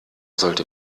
sollte